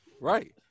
right